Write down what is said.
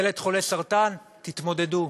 ילד חולה סרטן, תתמודדו.